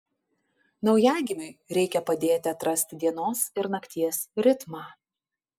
naujagimiui reikia padėti atrasti dienos ir nakties ritmą